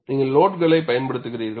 நீங்கள் லோடுகளைப் பயன்படுத்துகிறீர்கள்